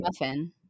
muffin